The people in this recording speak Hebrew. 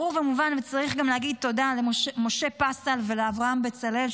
ברור ומובן וצריך גם להגיד תודה למשה פסל ולאברהם בצלאל,